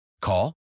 Call